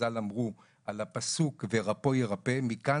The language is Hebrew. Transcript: חז"ל אמרו "..על הפסוק ורפוא יירפא מכאן